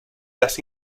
hace